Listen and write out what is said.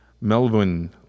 Melvin